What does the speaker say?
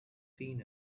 seen